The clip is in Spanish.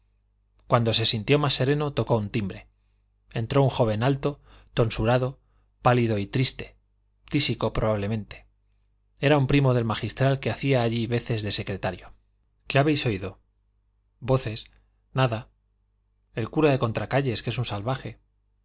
cuando se sintió más sereno tocó un timbre entró un joven alto tonsurado pálido y triste tísico probablemente era un primo del magistral que hacía allí veces de secretario qué habéis oído voces nada el cura de contracayes que es un salvaje